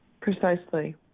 Precisely